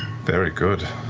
very good.